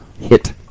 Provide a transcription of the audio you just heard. hit